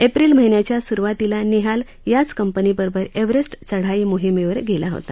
April महिन्याच्या सुरवातीला निहाल याच कंपनीबरोबर एव्हरेस्ट चढाई मोहिमेवर गेला होता